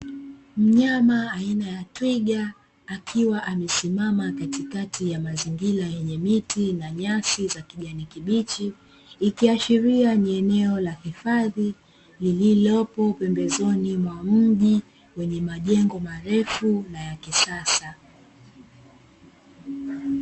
Mnyama aina ya Twiga akiwa amesimama katikati ya mazingira yenye miti na nyasi za kijani kibichi ikiashiria ni eneo la hifadhi lililopo pembezoni mwa mji wenye majengo marefu na ya kisasa.